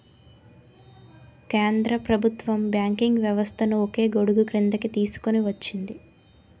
కేంద్ర ప్రభుత్వం బ్యాంకింగ్ వ్యవస్థను ఒకే గొడుగుక్రిందికి తీసుకొచ్చింది